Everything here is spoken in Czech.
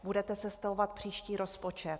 Budete sestavovat příští rozpočet.